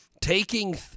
taking